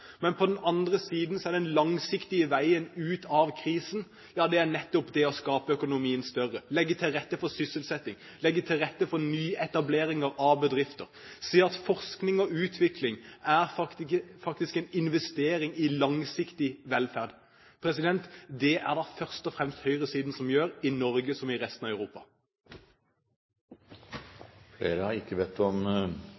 Men på den andre siden er den langsiktige veien ut av krisen nettopp å gjøre økonomien større, legge til rette for sysselsetting, legge til rette for nyetableringer av bedrifter, se at forskning og utvikling faktisk er en investering i langsiktig velferd. Det er det først og fremst høyresiden som gjør, i Norge som i resten av Europa.